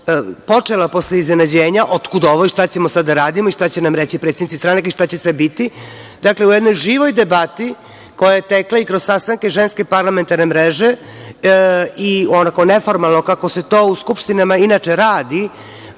počela posle iznenađenja otkud ovo i šta ćemo sada radimo i šta će nam reći predsednici stranaka i šta će sve biti. Dakle, u jednoj živoj debati koja je tekla i kroz sastanke Ženske parlamentarne mreže, i ona koja je neformalno kako se to u skupštinama inače radi,